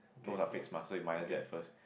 those are fixed mah so you minus that first